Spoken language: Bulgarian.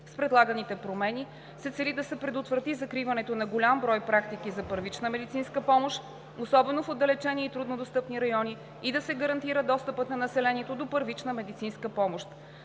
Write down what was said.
С предлаганите промени се цели да се предотврати закриването на голям брой практики за първична медицинска помощ, особено в отдалечени и труднодостъпни райони, и да се гарантира достъпът на населението до първична медицинска помощ.